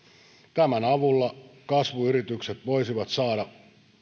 tämän avulla kasvuyritykset voisivat saada